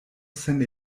sen